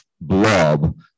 blob